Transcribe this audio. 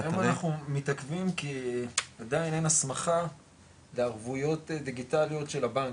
--- היום אנחנו מתעכבים כי עדיין אין הסמכה לערבויות דיגיטליות של הבנקים,